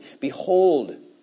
Behold